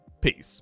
peace